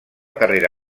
carrera